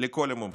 לכל המומחים,